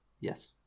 yes